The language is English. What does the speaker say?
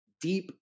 deep